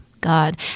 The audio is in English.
god